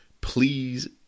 please